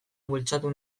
bultzatu